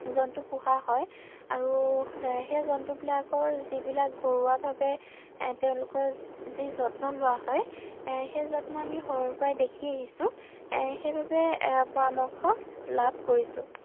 জন্তু পোহা হয় আৰু সেই জন্তুবিলাকৰ যিবিলাক ঘৰুৱাভাৱে তেওঁলোকৰ যি যত্ন লোৱা হয় সেই যত্ন আমি সৰুৰ পৰাই দেখি আহিছোঁ সেইবাবে পৰামৰ্শ লাভ কৰিছোঁ